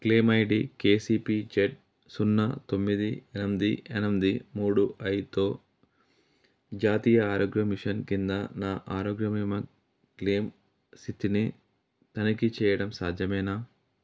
claim ID KCPZ సున్నా తొమ్మిది ఎనిమిది ఎనిమిది మూడు ఐదుతో జాతీయ ఆరోగ్య మిషన్ కింద నా ఆరోగ్య భీమా క్లెయిమ్ స్థితిని తనిఖీ చేయడం సాధ్యమేనా